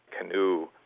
canoe